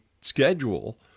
schedule